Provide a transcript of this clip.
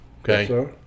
Okay